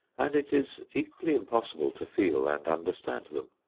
and it is equally impossible to feel and understand them.